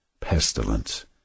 PESTILENCE